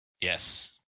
Yes